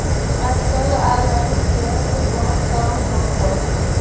आज कल ऑनलाइन सेवा से बहुत काम होत हौ